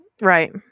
Right